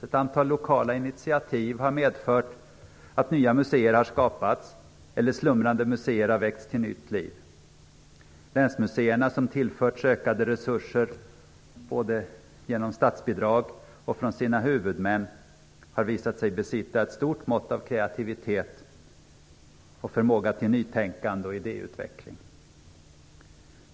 Ett antal lokala initiativ har medfört att nya museer har skapats eller att slumrande museer har väckts till nytt liv. Länsmuseerna som har tillförts ökade resurser både genom statsbidrag och från sina huvudmän har visat sig besitta ett stort mått av kreativitet och förmåga till nytänkande och idéutveckling.